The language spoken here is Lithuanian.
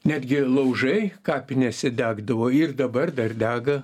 netgi laužai kapinėse degdavo ir dabar dar dega